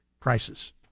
prices